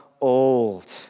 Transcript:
old